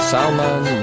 Salman